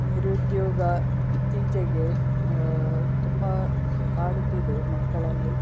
ನಿರುದ್ಯೋಗ ಇತ್ತೀಚೆಗೆ ತುಂಬ ಕಾಡುತ್ತಿದೆ ಮಕ್ಕಳಲ್ಲಿ